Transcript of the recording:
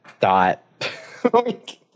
dot